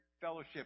fellowship